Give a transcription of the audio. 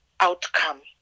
outcome